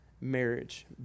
marriage